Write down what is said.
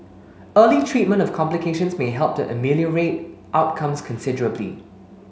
early treatment of complications may help to ameliorate outcomes considerably